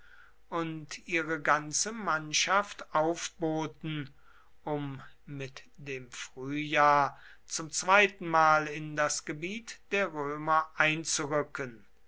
und ihre ganze mannschaft aufboten um mit dem frühjahr zum zweitenmal in das gebiet der römer einzurücken